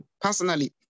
personally